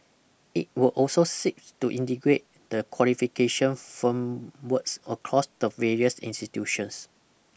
it will also seek to integrate the qualification firmworks across the various institutions